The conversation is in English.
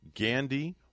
Gandhi